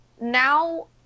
now